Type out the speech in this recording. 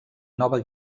nova